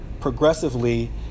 progressively